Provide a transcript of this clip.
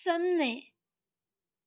ಸೊನ್ನೆ